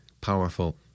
powerful